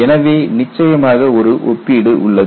எனவே நிச்சயமாக ஒரு ஒப்பீடு உள்ளது